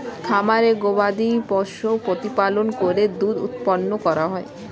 খামারে গবাদিপশু প্রতিপালন করে দুধ উৎপন্ন করা হয়